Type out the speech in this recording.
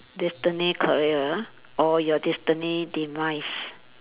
destiny career ah or your destiny demise